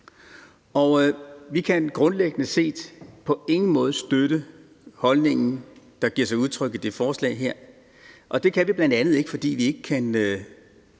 Vi kan grundlæggende på ingen måde støtte den holdning, der giver sig udtryk i det forslag her. Det kan vi bl.a. ikke, fordi vi ikke kan